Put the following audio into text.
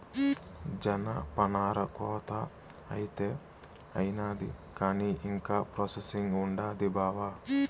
జనపనార కోత అయితే అయినాది కానీ ఇంకా ప్రాసెసింగ్ ఉండాది బావా